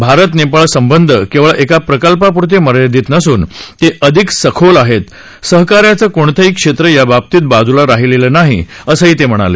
भारत नेपाळ संबंध केवळ एका प्रकल्पाप्रते मर्यादित नसून ते अधिक सखोल आहेत सहकार्याचं कोणतंही क्षेत्र याबाबतीत बाजूला राहिलेलं नाही असं ते म्हणाले